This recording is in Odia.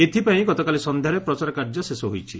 ଏଥପାଇଁ ଗତକାଲି ସକ୍ଷ୍ୟାରେ ପ୍ରଚାରକାର୍ଯ୍ୟ ଶେଷ ହୋଇଛି